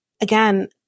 again